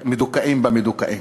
המדוכאים במדוכאים,